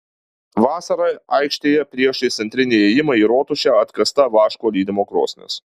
vasarą aikštėje priešais centrinį įėjimą į rotušę atkasta vaško lydymo krosnis